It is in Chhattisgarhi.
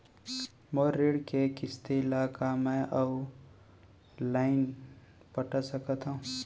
मोर ऋण के किसती ला का मैं अऊ लाइन पटा सकत हव?